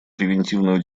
превентивную